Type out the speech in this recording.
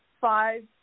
five